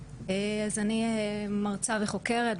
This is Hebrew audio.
מאוד התחברתי לעדות.